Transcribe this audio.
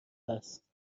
است